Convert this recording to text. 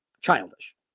childish